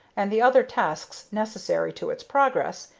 and the other tasks necessary to its progress,